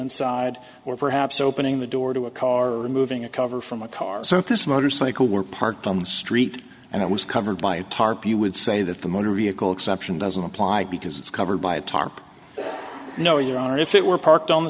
inside or perhaps opening the door to a car moving a cover from a car so this motorcycle were parked on the street and it was covered by a tarp you would say that the motor vehicle exception doesn't apply because it's covered by a tarp no your honor if it were parked on the